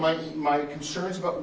my my concerns about